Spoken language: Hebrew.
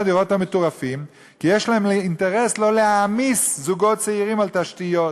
הדירות המטורפים כי יש להם אינטרס לא להעמיס זוגות צעירים על התשתיות.